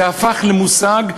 זה הפך למושג,